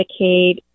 Medicaid